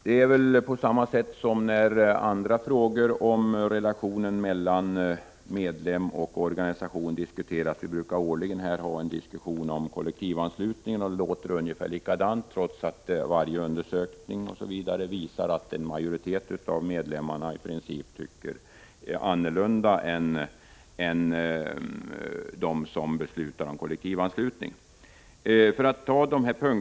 Det är på samma sätt som när andra frågor om relationen mellan medlem och organisation diskuteras. Vi brukar årligen här i riksdagen ha en diskussion om kollektivanslutningen, och det låter ungefär likadant varje gång, trots att alla undersökningar visar att en majoritet av medlemmarna i princip tycker annorlunda än de som beslutar om kollektivanslutning.